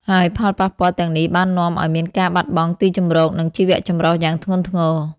ហើយផលប៉ះពាល់ទាំងនេះបាននាំឱ្យមានការបាត់បង់ទីជម្រក និងជីវៈចម្រុះយ៉ាងធ្ងន់ធ្ងរ។